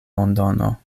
londono